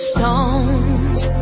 Stones